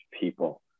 people